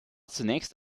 zunächst